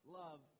love